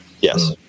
yes